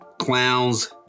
Clowns